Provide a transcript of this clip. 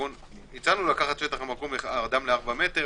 הצענו לקחת את שטח המקום אדם לארבעה מטרים,